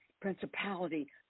principality